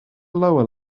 lower